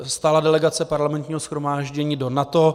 Stálá delegace do Parlamentního shromáždění NATO.